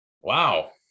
wow